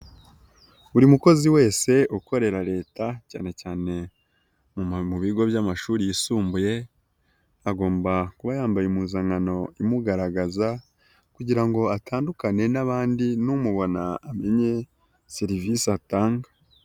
Buri mukozi wese ukorera leta cyane cyane mu bigo by'amashuri yisumbuye, agomba kuba yambaye impuzankano imugaragaza kugira ngo atandukane n'abandi, n'umubona amenye serivisi atanga.